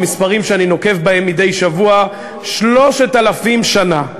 במספרים שאני נוקב בהם מדי שבוע: 3,000 שנה.